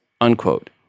unquote